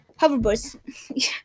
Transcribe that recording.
hoverboards